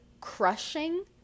crushing